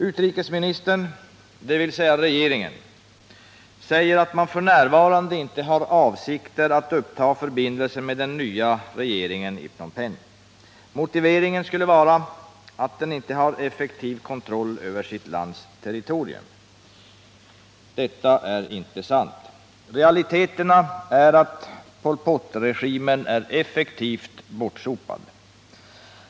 Utrikesministern, dvs. regeringen, säger att man f. n. inte har avsikter att uppta förbindelser med den nya regeringen i Phnom Penh. Motiveringen skulle vara att den inte har effektiv kontroll över sitt lands territorium. Detta är inte sant. Realiteten är att Pol Pot-regimen är effektivt bortsopad.